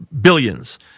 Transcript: billions